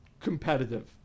Competitive